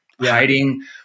hiding